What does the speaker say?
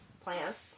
plants